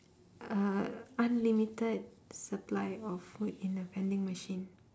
uh unlimited supply of food in a vending machine